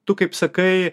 tu kaip sakai